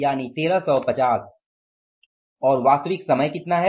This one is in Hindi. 1350 और वास्तविक समय कितना है